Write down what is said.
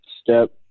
step